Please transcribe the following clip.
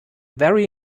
very